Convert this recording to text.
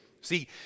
See